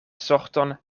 sorton